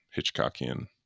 Hitchcockian